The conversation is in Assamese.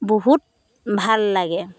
বহুত ভাল লাগে